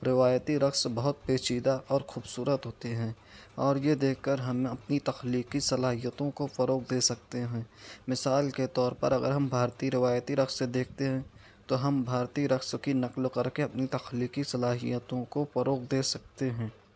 روایتی رقص بہت پیچیدہ اور خوبصورت ہوتے ہیں اور یہ دیکھ کر ہمیں اپنی تخلیقی صلاحیتوں کو فروغ دے سکتے ہیں مثال کے طور پر اگر ہم بھارتی روایتی رقص دیکھتے ہیں تو ہم بھارتی رقص کی نقل کر کے اپنی تخلیقی صلاحیتوں کو فروغ دے سکتے ہیں